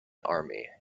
army